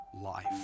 life